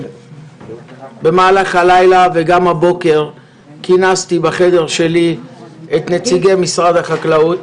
במהלך הלילה והבוקר כינסתי בחדר שלי את נציגי משרד החקלאות